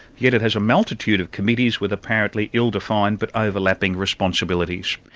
yet it has a multitude of committees with apparently ill-defined, but overlapping responsibilities.